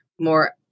more